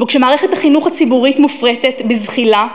וכשמערכת החינוך הציבורית מופרטת בזחילה,